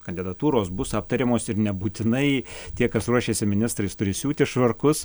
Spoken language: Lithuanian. kandidatūros bus aptariamos ir nebūtinai tie kas ruošėsi ministrais turi siūti švarkus